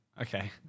Okay